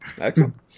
Excellent